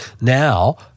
now